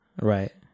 Right